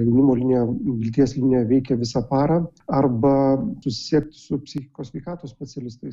jaunimo linija vilties linija veikia visą parą arba susisiekti su psichikos sveikatos specialistais